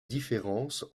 différences